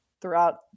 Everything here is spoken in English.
throughout